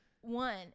One